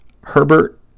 Herbert